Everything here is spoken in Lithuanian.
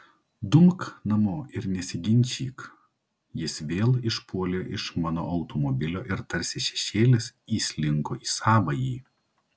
dumk namo ir nesiginčyk jis vėl išpuolė iš mano automobilio ir tarsi šešėlis įslinko į savąjį